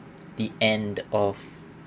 the end of